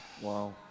Wow